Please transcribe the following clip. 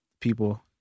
People